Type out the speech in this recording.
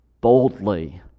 boldly